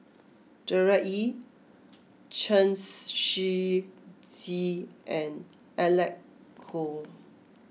Gerard Ee Chen Shiji and Alec Kuok